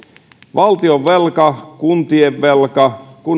valtionvelka kuntien velka